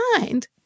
mind